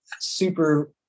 super